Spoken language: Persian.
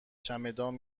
چمدان